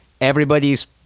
everybody's